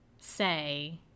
say